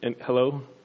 Hello